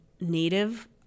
native